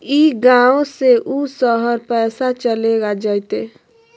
ई गांव से ऊ शहर पैसा चलेगा जयते?